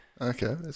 Okay